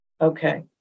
Okay